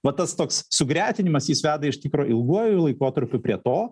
va tas toks sugretinimas jis veda iš tikro ilguoju laikotarpiu prie to